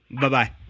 Bye-bye